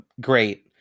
great